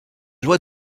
loi